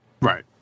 Right